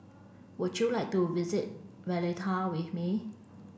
would you like to visit Valletta with me